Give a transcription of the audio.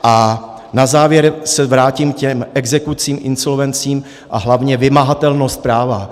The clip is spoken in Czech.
A na závěr se vrátím k těm exekucím, insolvencím a hlavně vymahatelnost práva.